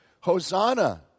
Hosanna